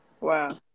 wow